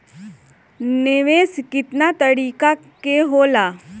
निवेस केतना तरीका के होला?